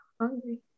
hungry